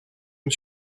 m’y